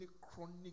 chronic